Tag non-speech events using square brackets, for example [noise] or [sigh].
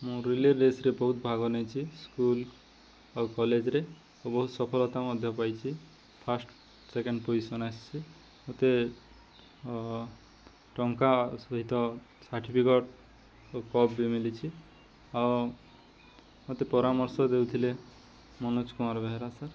ମୁଁ [unintelligible] ରେସ୍ରେ ବହୁତ ଭାଗ ନେଇଛିି ସ୍କୁଲ୍ ଆଉ କଲେଜ୍ରେ ଆଉ ବହୁତ ସଫଲତା ମଧ୍ୟ ପାଇଛିି ଫାଷ୍ଟ ସେକେଣ୍ଡ ପୋଜିସନ୍ ଆସିଛି ମୋତେ ଟଙ୍କା ସହିତ ସାର୍ଟିିଫିକେଟ୍ ଓ କପ୍ ବି ମିଲିଛି ଆଉ ମୋତେ ପରାମର୍ଶ ଦେଉଥିଲେ ମନୋଜ କୁମାର ବେହେରା ସାର୍